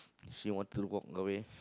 he wanted to walk away